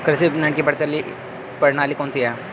कृषि विपणन की प्रचलित प्रणाली कौन सी है?